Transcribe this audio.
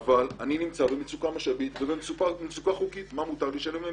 אבל אני נמצא במצוקה משאבית וחוקית מה מותר לשלם.